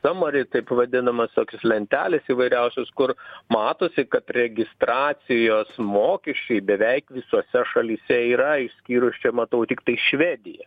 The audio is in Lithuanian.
samari taip vadinamas tokios lentelės įvairiausios kur matosi kad registracijos mokesčiai beveik visose šalyse yra išskyrus čia matau tiktai švediją